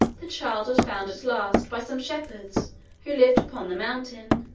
the child was found, at last, by some shepherds who lived upon the mountain,